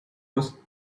was